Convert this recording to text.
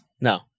No